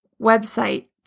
website